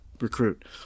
recruit